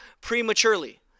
prematurely